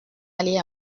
aller